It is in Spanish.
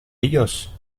ellos